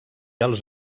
els